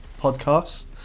podcast